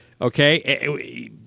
Okay